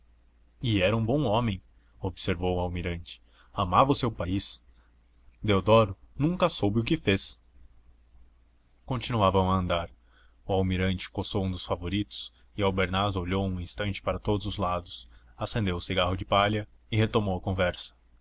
e era um bom homem observou o almirante amava o seu país deodoro nunca soube o que fez continuavam a andar o almirante coçou um dos favoritos e albernaz olhou um instante para todos os lados acendeu o cigarro de palha e retomou a conversa